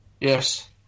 yes